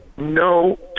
No